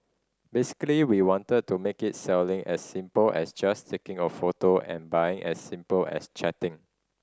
basically we wanted to make it selling as simple as just taking a photo and buying as simple as chatting